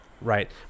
Right